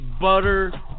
butter